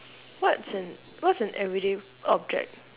what's an what's an everyday object